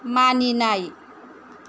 मानिनाय